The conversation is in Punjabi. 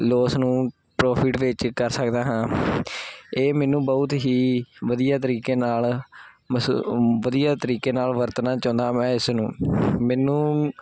ਲੋਸ ਨੂੰ ਪ੍ਰੋਫਿਟ ਵਿੱਚ ਕਰ ਸਕਦਾ ਹਾਂ ਇਹ ਮੈਨੂੰ ਬਹੁਤ ਹੀ ਵਧੀਆ ਤਰੀਕੇ ਨਾਲ ਬਸ ਵਧੀਆ ਤਰੀਕੇ ਨਾਲ ਵਰਤਣਾ ਚਾਹੁੰਦਾ ਮੈਂ ਇਸ ਨੂੰ ਮੈਨੂੰ